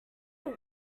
know